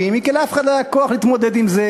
היא שלאף אחד לא היה כוח להתמודד עם זה.